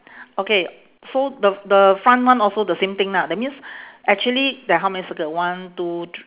okay so the the front one also the same thing lah that means actually there how many circle one two thr~